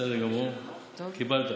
בסדר גמור, קיבלת.